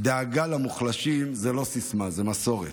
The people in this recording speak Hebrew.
דאגה למוחלשים היא לא סיסמה, היא מסורת.